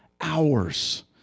hours